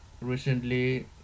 recently